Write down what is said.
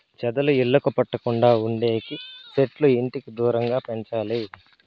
చెదలు ఇళ్లకు పట్టకుండా ఉండేకి సెట్లు ఇంటికి దూరంగా పెంచాలి